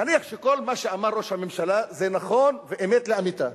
נניח שכל מה שאמר ראש הממשלה זה נכון ואמת לאמיתה,